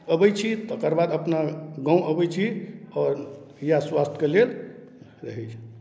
अबै छी तकर बाद अपना गाँव अबै छी आओर इएह स्वास्थ्यके लेल रहै छै